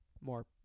more